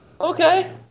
okay